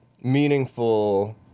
meaningful